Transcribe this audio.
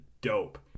dope